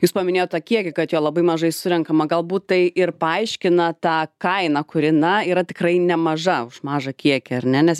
jūs paminėjot tą kiekį kad jo labai mažai surenkama galbūt tai ir paaiškina tą kainą kuri na yra tikrai nemaža už mažą kiekį ar ne nes